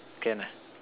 can ah